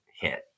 hit